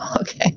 okay